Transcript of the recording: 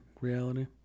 reality